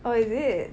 oh is it